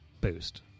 boost